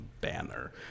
banner